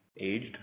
aged